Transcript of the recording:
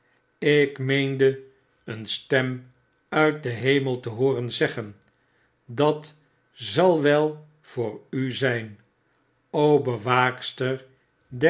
ik meende een stem uit den hemel te hooren zeggen het zal wel voor u zijn o bewaakster